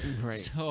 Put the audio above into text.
Right